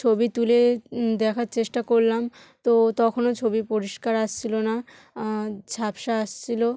ছবি তুলে দেখার চেষ্টা করলাম তো তখনও ছবি পরিষ্কার আসছিল না ঝাপসা আসছিল